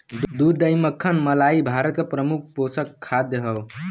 दूध दही मक्खन मलाई भारत क प्रमुख पोषक खाद्य हौ